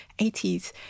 80s